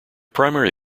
primary